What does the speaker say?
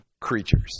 creatures